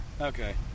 Okay